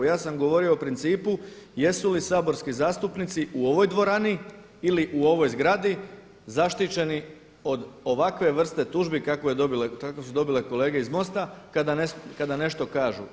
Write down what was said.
Ja sam govorio o principu jesu li saborski zastupnici u ovoj dvorani ili u ovoj zgradi zaštićeni od ovakve vrste tužbi kakvu su dobile kolege iz MOST-a kada nešto kažu.